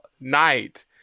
night